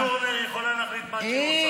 ועדת דורנר יכולה להחליט מה שהיא רוצה.